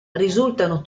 risultano